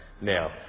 Now